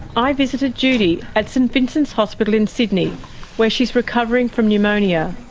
i visited judy at st vincent's hospital in sydney where she's recovering from pneumonia.